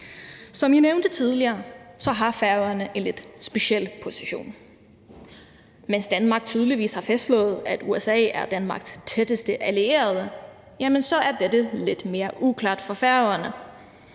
Som jeg nævnte tidligere, har Færøerne en lidt speciel position. Mens Danmark tydeligvis har fastslået, at USA er Danmarks tætteste allierede, er dette lidt mere uklart for Færøerne.